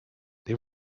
they